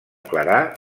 clarà